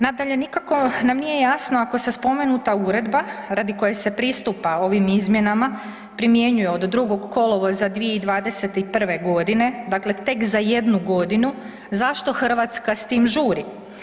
Nadalje, nikako nam nije jasno ako se spomenuta uredba radi koje se pristupa ovim izmjenama primjenjuje od 2. kolovoza 2021. godine, dakle tek za 1 godinu zašto Hrvatska s tim žuri?